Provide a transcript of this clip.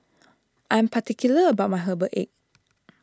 I'm particular about my Herbal Egg